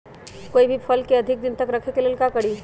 कोई भी फल के अधिक दिन तक रखे के लेल का करी?